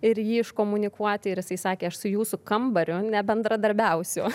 ir jį iškomunikuoti ir jisai sakė aš su jūsų kambariu nebendradarbiausiu